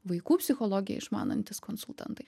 vaikų psichologiją išmanantys konsultantai